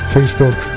Facebook